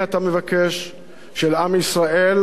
של עם ישראל או של הקואליציה שלך,